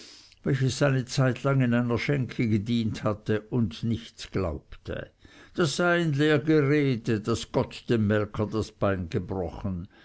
welches eine zeitlang in einer schenke gedient hatte und nichts glaubte das sei ein leer gerede daß gott dem melker das bein gebrochen